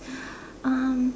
um